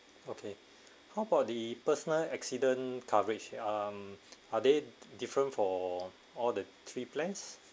okay how about the personal accident coverage um are they different for all the three plans